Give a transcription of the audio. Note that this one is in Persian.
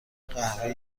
قهوه